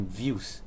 views